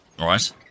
Right